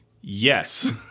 Yes